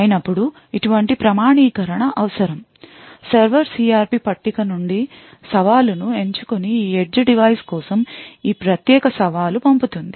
అయినప్పుడు ఇటువంటి ప్రమాణీకరణ అవసరం సర్వర్ CRP పట్టిక నుండి సవాలు ను ఎంచుకొని ఈ edge డివైస్ కోసం ఈ ప్రత్యేక సవాలు పంపుతుంది